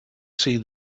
see